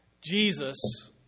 Jesus